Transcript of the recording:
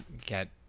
get